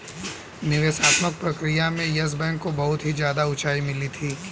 निवेशात्मक प्रक्रिया से येस बैंक को बहुत ही ज्यादा उंचाई मिली थी